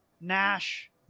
nash